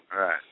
Right